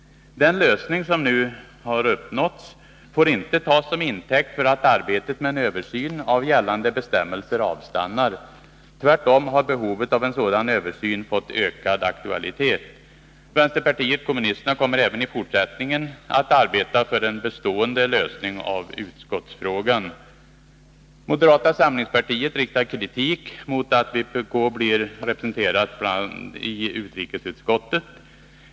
Den lösning som nu uppnåtts får inte tas som intäkt för att arbetet med en översyn av gällande bestämmelser avstannar. Tvärtom har behovet av en sådan översyn fått ökad aktualitet. Vänsterpartiet kommunisterna kommer även i fortsättningen att arbeta för en bestående lösning av utskottsfrågan. Moderata samlingspartiet riktar kritik mot att vpk blir representerat i utrikesutskottet.